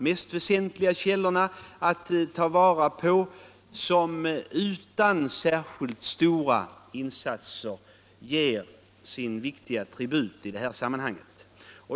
Det är utomordentligt viktigt att vi tar vara på denna energikälla, som utan särskilt stora insatser ger sin tribut till vår hushållning.